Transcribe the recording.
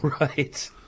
Right